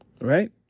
right